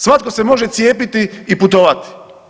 Svatko se može cijepiti i putovati.